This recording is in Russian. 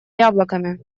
яблоками